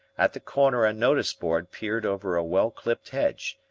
at the corner a notice-board peered over a well-clipped hedge.